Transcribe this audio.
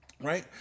Right